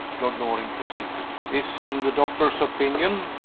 lord loring proceeded, is, in the doctor's opinion,